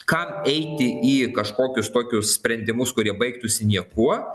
kam eiti į kažkokius tokius sprendimus kurie baigtųsi niekuo